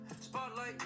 spotlight